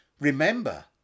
Remember